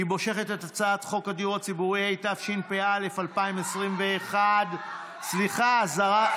היא מושכת את הצעת חוק הדיור הציבורי התשפ"א 2021. סליחה,